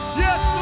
yes